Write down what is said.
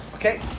Okay